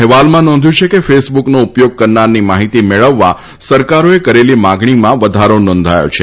અહેવાલમાં નોંધ્યું છે કે કેસબુકનો ઉપયોગ કરનારની માહિતી મેળવવા સરકારોએ કરેલી માગણીમાં વધારો નોંધાયો છે